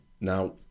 Now